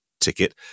Ticket